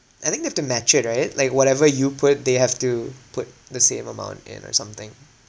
I think they've to match it right like whatever you put they have to put the same amount in or something